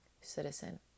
citizen